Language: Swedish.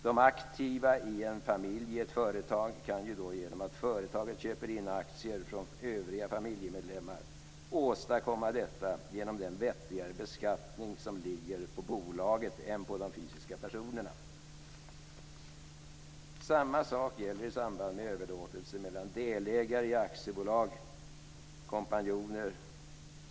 De aktiva i en familj i ett företag kan ju då, genom att företaget köper in aktier från övriga familjemedlemmar, åstadkomma detta genom den vettigare beskattning som ligger på bolaget än på de fysiska personerna. Samma sak gäller i samband med överlåtelse mellan delägare i aktiebolag, dvs. kompanjoner.